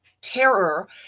terror